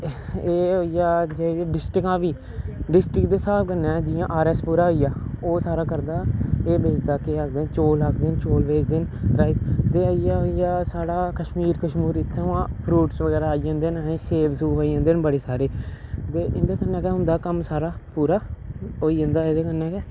एह् होई गेआ जेह्ड़िया डिस्ट्रिक्ट बी डिस्ट्रिक्ट दे स्हाब कन्नै जियां आर एस पुरा होई गेआ ओह् सारा करदा ऐ एह् बेचदा केह् आखदे न चौल आखदे न चौल बेचदे न राइस ते आई गेआ ते होई गेआ साढ़ा कश्मीर कश्मीर इत्थुआं फ्रूट्स बगैर आई जन्दे न सेब सूब आई जन्दे न बड़े सारे ते इ'न्दे कन्नै गै होंदा कम्म सारा पूरा होई जंदा एह्दे कन्नै गै